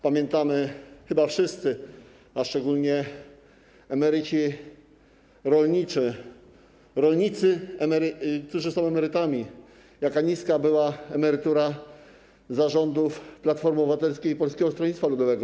Pamiętamy chyba wszyscy, a szczególnie emeryci rolnicy, rolnicy, którzy są emerytami, jaka niska była emerytura za rządów Platformy Obywatelskiej i Polskiego Stronnictwa Ludowego.